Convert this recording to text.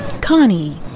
Connie